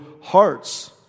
hearts